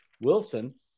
Wilson